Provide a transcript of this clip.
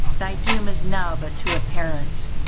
thy doom is now but too apparent.